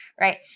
right